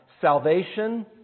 salvation